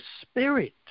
Spirit